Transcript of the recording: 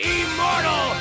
immortal